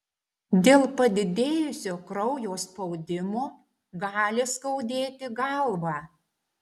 dėl padidėjusio kraujo spaudimo gali skaudėti galvą